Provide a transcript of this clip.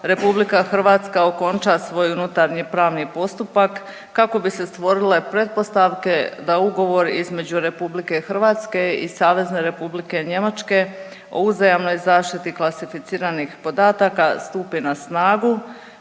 potvrdu HS-a, RH okonča svoj unutarnji pravni postupak kako bi se stvorile pretpostavke da ugovor između RH i SR Njemačke o uzajamnoj zaštiti klasificiranih podataka stupi na snagu